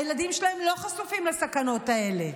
הילדים שלהם לא חשופים לסכנות האלה,